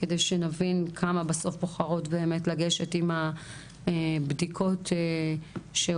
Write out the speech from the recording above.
כדי שנבין כמה בסוף בוחרות באמת לגשת עם הבדיקות שעושים,